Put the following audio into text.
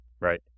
Right